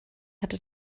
hatte